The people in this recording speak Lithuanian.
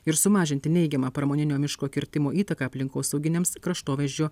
ir sumažinti neigiamą pramoninio miško kirtimo įtaką aplinkosauginiams kraštovaizdžio